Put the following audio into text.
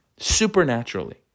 supernaturally